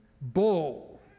bull